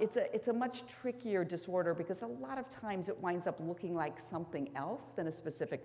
it's a much trickier disorder because a lot of times it winds up looking like something else than a specific